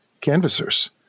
canvassers